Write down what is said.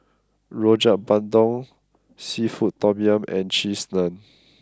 Rojak Bandung Seafood Tom Yum and Cheese Naan